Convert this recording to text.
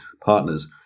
partners